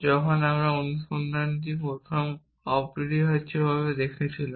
যখন আমরা প্রথম অনুসন্ধানটি প্রথম অপরিহার্যভাবে দেখেছিলাম